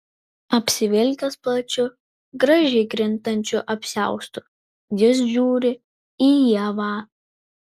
apsivilkęs plačiu gražiai krintančiu apsiaustu jis žiūri į ievą